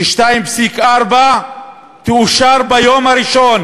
שתוכנית 2.4 מיליארד השקל תאושר ביום הראשון